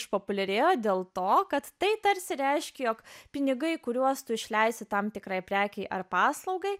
išpopuliarėjo dėl to kad tai tarsi reiškia jog pinigai kuriuos tu išleisi tam tikrai prekei ar paslaugai